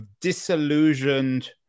disillusioned